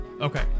Okay